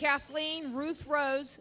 kathleen ruth rose